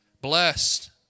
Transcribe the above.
Blessed